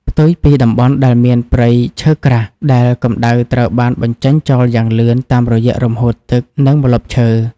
ផ្ទុយពីតំបន់ដែលមានព្រៃឈើក្រាស់ ដែលកម្ដៅត្រូវបានបញ្ចេញចោលយ៉ាងលឿនតាមរយៈរំហួតទឹក និងម្លប់ឈើ។